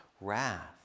wrath